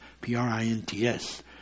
P-R-I-N-T-S